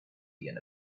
ian